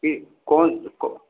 ठीक कौन कौ